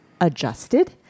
adjusted